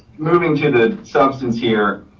moving to the substance here.